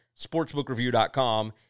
sportsbookreview.com